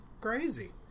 crazy